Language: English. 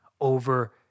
over